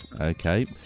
Okay